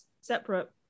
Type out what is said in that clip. separate